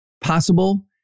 possible